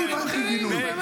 אני שמעתי גינוי.